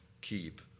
keep